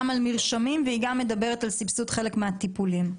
מרשמים וגם על סבסוד חלק מהטיפולים.